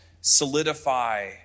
solidify